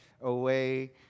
away